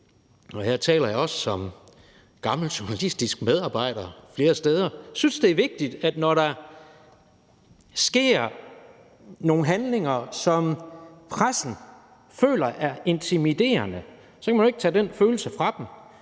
og her taler jeg også som gammel journalistisk medarbejder flere steder – at når der sker nogle handlinger, som pressen føler er intimiderende, kan man ikke tage den følelse fra dem,